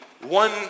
one